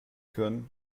können